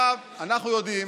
אנחנו יודעים